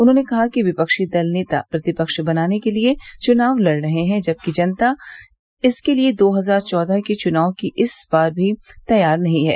उन्होंने कहा कि विपक्षी दल नेता प्रतिपक्ष बनाने के लिये चुनाव लड़ रहे हैं जबकि जनता इसके लिये दो हजार चौदह के चुनाव की तरह इस बार भी तैयार नहीं है